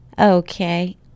Okay